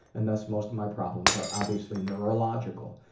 and thus, most of my problems are obviously neurological.